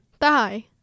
Die